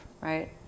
right